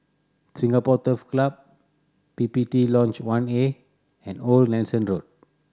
Singapore Turf Club P P T Lodge One A and Old Nelson Road